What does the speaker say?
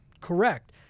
correct